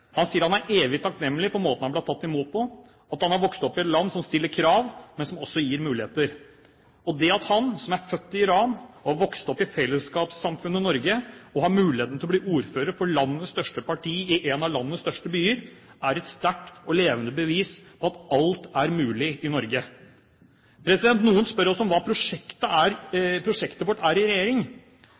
Han sier han er evig takknemlig for måten han ble tatt imot på, og for at han har vokst opp i et land som stiller krav, men som også gir muligheter. Det at han, som er født i Iran og har vokst opp i fellesskapssamfunnet Norge, har muligheten til å bli ordfører for landets største parti i en av landets største byer, er et sterkt og levende bevis på at alt er mulig i Norge. Noen spør oss om hva som er prosjektet vårt i regjering.